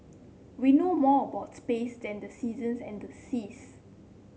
we know more about space than the seasons and the seas